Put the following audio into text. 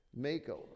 makeover